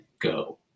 go